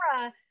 Sarah